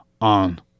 on